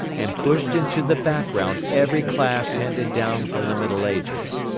and pushed into the background every class handed down from the middle ages.